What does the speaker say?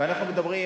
ואנחנו מדברים,